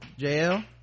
JL